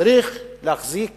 צריך להחזיק